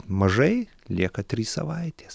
mažai lieka trys savaitės